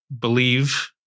believe